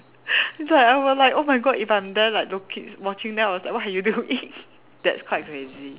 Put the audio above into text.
it's like I will like oh my god if I'm there like looking watching them I was like what are you doing that's quite crazy